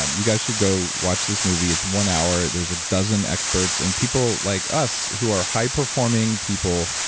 um you guys should go watch this movie. it's one hour. there's a dozen experts and people like us who are high performing people,